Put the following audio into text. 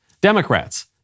Democrats